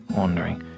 wondering